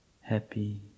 happy